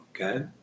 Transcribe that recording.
okay